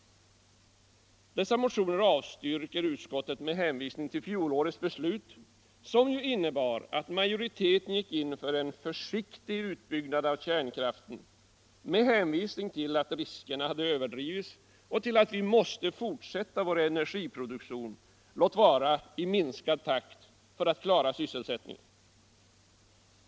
Dessa motioner avstyrker utskottet med hänvisning till fjolårets beslut, som ju innebar att majoriteten gick in för en försiktig utbyggnad av kärnkraften med hänvisning till att de utmålade riskerna överdrivits och att vi måste fortsätta vår energiproduktion, om än i minskad takt, för att klara sysselsättningen.